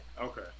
Okay